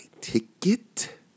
ticket